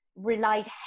relied